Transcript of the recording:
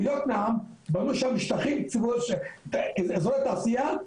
ביוקנעם בנו שם שטחים, אזורי תעשייה,